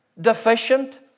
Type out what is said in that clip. deficient